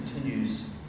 continues